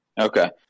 Okay